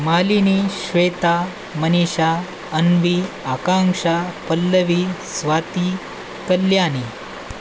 Malini Shweta Manisha Anvi Akanksha Pallavi Swati Kalyani